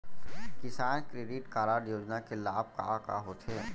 किसान credit card योजना के लाभ का का होथे?